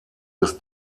des